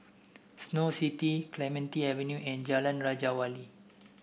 Snow City Clementi Avenue and Jalan Raja Wali